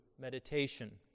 meditation